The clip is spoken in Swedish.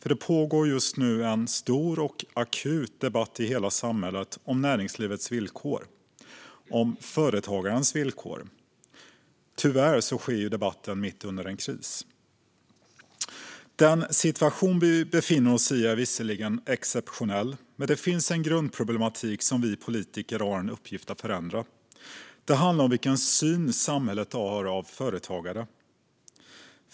I hela samhället pågår nu en stor och akut debatt om näringslivets villkor och om företagarens villkor. Tyvärr sker debatten mitt under en kris. Den situation vi befinner oss i är visserligen exceptionell. Men det finns en grundproblematik som vi politiker har i uppgift att förändra. Det handlar om vilken syn samhället har på företagare.